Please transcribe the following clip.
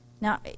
Now